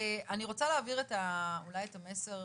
אני רוצה להעביר אולי את המסר,